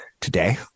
Today